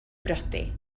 briodi